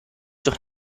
doch